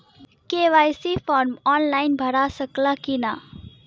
KYC form online भरा सकला की ना?